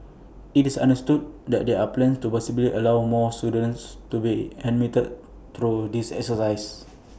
IT is understood that there are plans to possibly allow more students to be admitted through this exercise